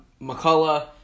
McCullough